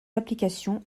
applications